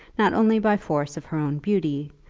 not only by force of her own beauty,